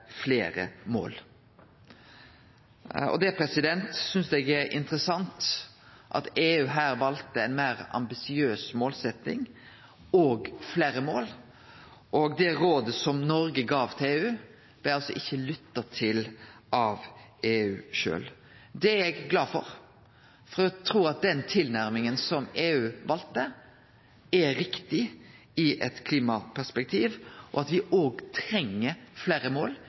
fleire mål. Det rådet som Noreg ga til EU, blei altså ikkje lytta til av EU sjølv. Det er eg glad for, for eg trur at den tilnærminga som EU valde, er riktig i eit klimaperspektiv, at me òg treng fleire mål.